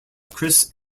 chris